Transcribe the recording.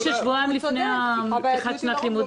הוא צודק, הבעייתיות היא לא רק במוכש"ר.